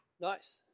Nice